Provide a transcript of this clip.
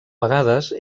vegades